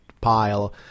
pile